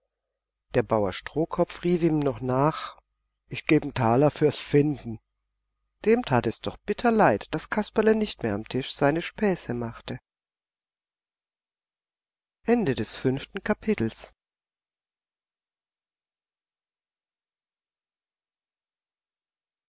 der bauer strohkopf rief ihm noch nach ich geb n taler fürs finden dem tat es doch bitter leid daß kasperle nicht mehr am tisch seine späße machte